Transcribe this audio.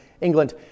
England